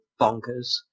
bonkers